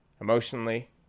emotionally